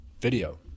video